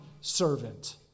servant